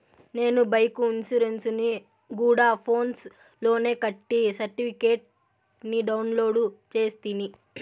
నేను బైకు ఇన్సూరెన్సుని గూడా ఫోన్స్ లోనే కట్టి సర్టిఫికేట్ ని డౌన్లోడు చేస్తిని